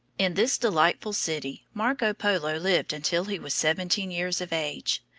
in this delightful city marco polo lived until he was seventeen years of age.